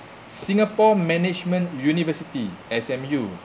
singapore management university S_M_U